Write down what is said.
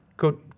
good